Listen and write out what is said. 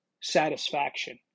satisfaction